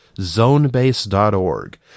Zonebase.org